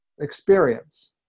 experience